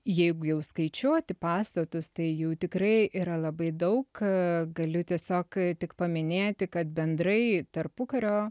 jeigu jau skaičiuoti pastatus tai jų tikrai yra labai daug galiu tiesiog tik paminėti kad bendrai tarpukario